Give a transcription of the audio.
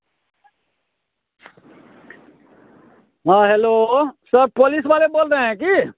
हाँ hello sir police वाले बोले रहे हैं कि